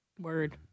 Word